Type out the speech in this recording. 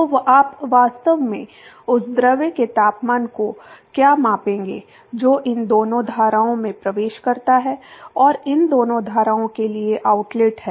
तो आप वास्तव में उस द्रव के तापमान को क्या मापेंगे जो इन दोनों धाराओं में प्रवेश करता है और इन दोनों धाराओं के लिए आउटलेट है